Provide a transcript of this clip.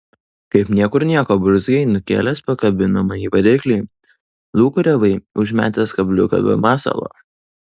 kaip niekur nieko burzgei nukėlęs pakabinamąjį variklį lūkuriavai užmetęs kabliuką be masalo